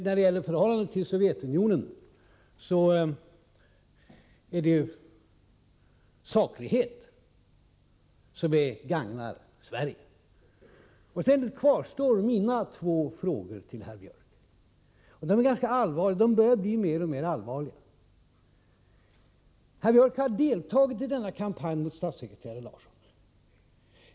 När det gäller förhållandet till Sovjetunionen vill jag säga att saklighet är det som gagnar Sverige. Mina två frågor till herr Björck kvarstår. De är ganska allvarliga och börjar bli allt allvarligare. Herr Björck har deltagit i kampanjen mot statssekreterare Larsson.